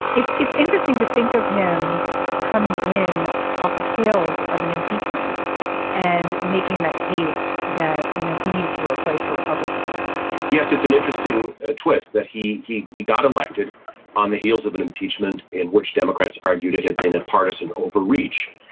it's it's interesting to think of him coming in off the tails of an impeachment and making that case that you know he needed to replace a republican yes it's an interesting ah twist that he he got elected on the heels of an impeachment in which democrats argued it had been a partisan overreach.